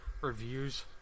reviews